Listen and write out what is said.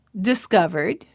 discovered